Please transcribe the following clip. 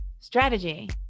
Strategy